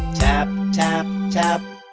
tap, tap, tap.